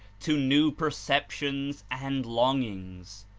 to new perceptions and longings.